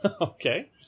Okay